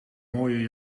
mooie